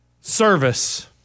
Service